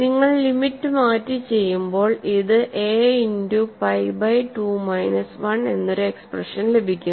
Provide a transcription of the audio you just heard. നിങ്ങൾ ലിമിറ്റ് മാറ്റി ചെയ്യുമ്പോൾ ഇത് a into pi by 2 minus 1 എന്ന ഒരു എക്സ്പ്രഷൻ ലഭിക്കും